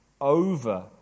over